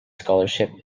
scholarship